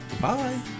Bye